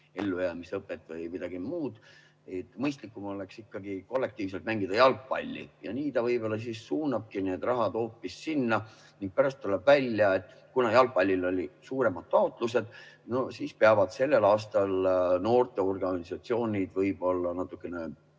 ellujäämisõpet või midagi muud. Mõistlikum oleks ikkagi kollektiivselt mängida jalgpalli. Ja nii ta võib-olla suunabki need rahad hoopis sinna ning pärast tuleb välja, et kuna jalgpalli jaoks esitati suuremad taotlused, siis peavad sellel aastal noorteorganisatsioonid natukene